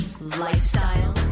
lifestyle